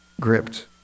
gripped